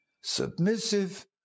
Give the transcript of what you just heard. submissive